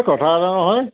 কথা এটা নহয়